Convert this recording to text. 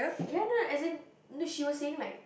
ya lah as in she was saying like